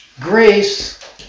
grace